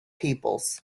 peoples